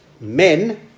men